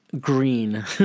green